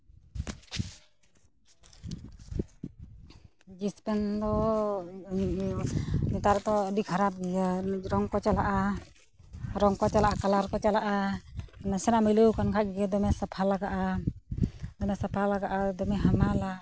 jeans pant ᱫᱚ ᱱᱮᱛᱟᱨ ᱫᱚ ᱟᱹᱰᱤ ᱠᱷᱟᱨᱟᱯ ᱜᱮᱭᱟ ᱨᱚᱝ ᱠᱚ ᱪᱟᱞᱟᱜᱼᱟ ᱨᱚᱝ ᱠᱚ ᱪᱟᱞᱟᱜᱼᱟ ᱠᱟᱞᱟᱨ ᱠᱚ ᱪᱟᱞᱟᱜᱼᱟ ᱱᱟᱥᱮᱱᱟᱜ ᱢᱟᱹᱭᱞᱟᱹᱣᱟᱠᱟᱱ ᱠᱷᱟᱱ ᱜᱮ ᱫᱚᱢᱮ ᱥᱟᱯᱷᱟ ᱞᱟᱜᱟᱜᱼᱟ ᱫᱚᱢᱮ ᱥᱟᱯᱷᱟ ᱞᱟᱜᱟᱜᱼᱟ ᱫᱚᱢᱮ ᱦᱟᱢᱟᱞᱟ